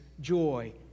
joy